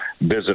visit